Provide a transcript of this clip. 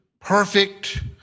perfect